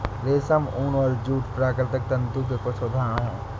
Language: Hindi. रेशम, ऊन और जूट प्राकृतिक तंतु के कुछ उदहारण हैं